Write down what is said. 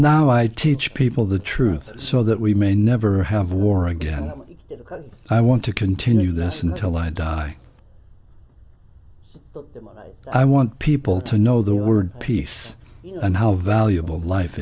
now i teach people the truth so that we may never have war again i want to continue this until i die i want people to know the word peace and how valuable life